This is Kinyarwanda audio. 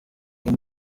agwa